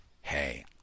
Hey